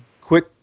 quick